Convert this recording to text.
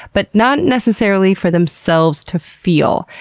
but not necessarily for themselves to feel.